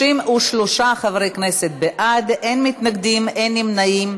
33 חברי כנסת בעד, אין מתנגדים, אין נמנעים.